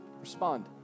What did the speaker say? Respond